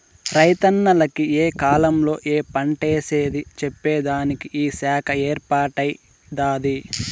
రైతన్నల కి ఏ కాలంలో ఏ పంటేసేది చెప్పేదానికి ఈ శాఖ ఏర్పాటై దాది